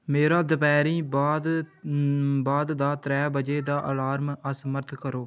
मेरा दपैह्री बाद बाद दा त्रै बजे दा अलार्म असमर्थ करो